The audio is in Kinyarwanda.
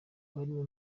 barimo